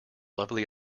lovely